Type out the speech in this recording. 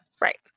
right